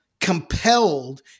compelled